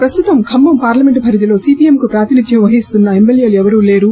ప్రస్తుతం ఖమ్మం పార్లమెంట్ పరిధిలో సీపీఎంకు ప్రాతినిధ్యం వహిస్తున్న ఎమ్మెల్యేలు ఎవరూ లేరు